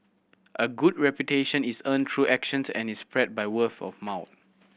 a good reputation is earned through actions and is spread by word of mouth